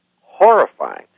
horrifying